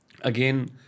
again